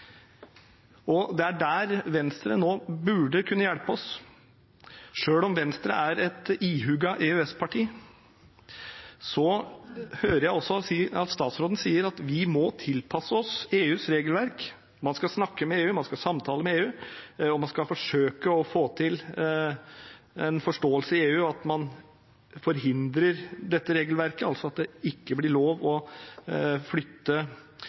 og der burde Venstre nå kunne hjelpe oss. Selv om Venstre er et ihuga EØS-parti, hører jeg statsråden sier vi må tilpasse oss EUs regelverk. Man skal snakke med EU, samtale med EU og forsøke å få til en forståelse i EU, at man forhindrer dette regelverket, altså at det ikke blir lov å flytte